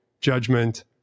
judgment